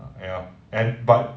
ya and but